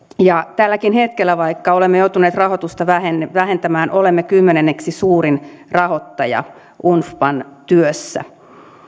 ja tälläkin hetkellä vaikka olemme joutuneet rahoitusta vähentämään olemme kymmenenneksi suurin rahoittaja unfpan työssä